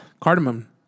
Cardamom